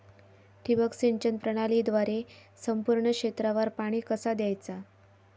ठिबक सिंचन प्रणालीद्वारे संपूर्ण क्षेत्रावर पाणी कसा दयाचा?